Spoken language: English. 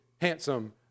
handsome